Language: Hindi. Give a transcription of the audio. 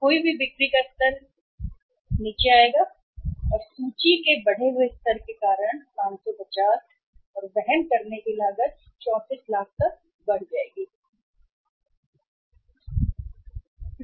खोई हुई बिक्री का स्तर आएगा नीचे सूची के बढ़े हुए स्तर के कारण 550 और वहन करने की लागत बढ़ जाएगी 34 लाख तक